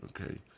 Okay